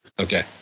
Okay